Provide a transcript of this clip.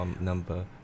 number